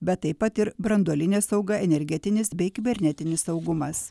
bet taip pat ir branduolinė sauga energetinis bei kibernetinis saugumas